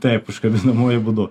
taip užkabinamuoju būdu